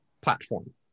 platform